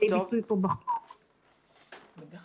זאת